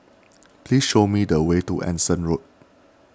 please show me the way to Anson Road